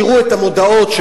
תראו את המודעות של,